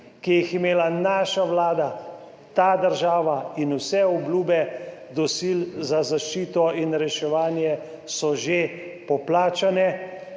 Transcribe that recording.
ki jih je imela naša vlada, ta država, in vse obljube do sil za zaščito in reševanje so že poplačane.